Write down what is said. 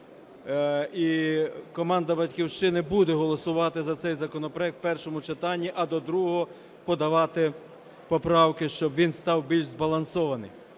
І команда "Батьківщини" буде голосувати за цей законопроект в першому читанні, а до другого подавати поправки, щоб він став більш збалансованим.